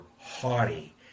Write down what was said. haughty